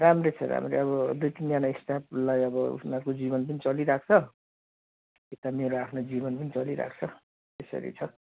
राम्रै छ राम्रै अब दुई तिनजना स्टाफलाई अब उनीहरूको जीवन पनि चलिरहेको छ यता मेरो आफ्नो जीवन पनि चलिरहेको छ यसरी छ